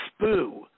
spoo